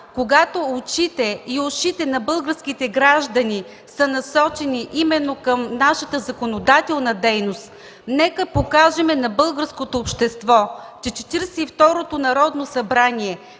когато очите и ушите на българските граждани са насочени именно към нашата законодателна дейност, нека покажем на българското общество, че Четиридесет и